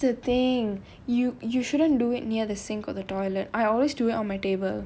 that's the thing you you shouldn't do it near the sink or the toilet I always do it on my table